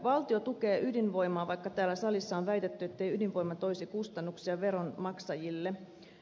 valtio tukee ydinvoimaa vaikka täällä salissa on väitetty ettei ydinvoima toisi kustannuksia veronmaksajille